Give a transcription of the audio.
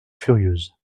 furieuse